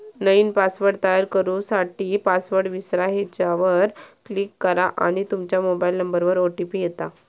नईन पासवर्ड तयार करू साठी, पासवर्ड विसरा ह्येच्यावर क्लीक करा आणि तूमच्या मोबाइल नंबरवर ओ.टी.पी येता